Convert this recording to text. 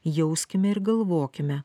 jauskime ir galvokime